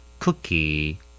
Cookie